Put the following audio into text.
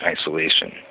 isolation